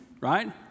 right